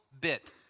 bit